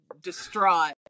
distraught